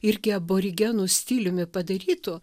irgi aborigenų stiliumi padarytų